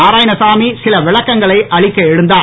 நாராயணசாமி சில விளக்கங்களை அளிக்க எழுந்தார்